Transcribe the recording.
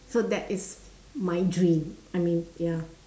so that is my dream I mean ya